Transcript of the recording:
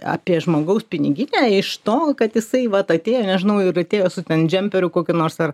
apie žmogaus piniginę iš to kad jisai vat atėjo nežinau ir atėjo su ten džemperiu kokiu nors ar